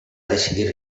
decidir